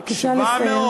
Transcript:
בבקשה לסיים.